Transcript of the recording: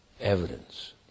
evidence